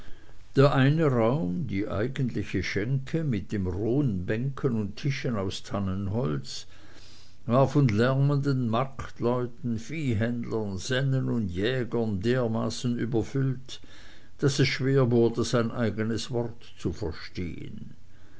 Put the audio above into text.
der eine raum die eigentliche schenke mit den rohen bänken und tischen aus tannenholz war von lärmenden marktleuten viehhändlern sennen und jägern dermaßen überfüllt daß es schwer wurde sein eigenes wort zu verstehen